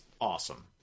awesome